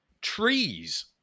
trees